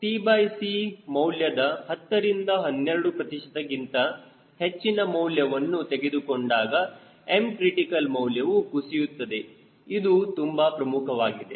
tc ಮೌಲ್ಯದ 10 ರಿಂದ 12 ಪ್ರತಿಶತ ಗಿಂತ ಹೆಚ್ಚಿನ ಮೌಲ್ಯವನ್ನು ತೆಗೆದುಕೊಂಡಾಗ Mcr ಮೌಲ್ಯವು ಕುಸಿಯುತ್ತದೆ ಇದು ತುಂಬಾ ಪ್ರಮುಖವಾಗಿದೆ